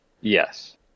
yes